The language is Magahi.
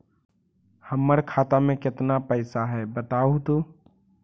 हमर खाता में केतना पैसा है बतहू तो?